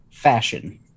fashion